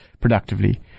productively